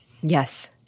Yes